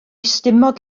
stumog